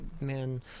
man